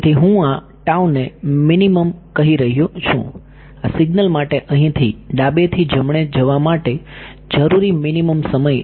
તેથી હું આ ને મિનિમમ કહી રહ્યો છું આ સિગ્નલ માટે અહીંથી ડાબેથી જમણે જવા માટે જરૂરી મિનિમમ સમય છે